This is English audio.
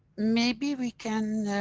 maybe we can.